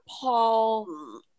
Paul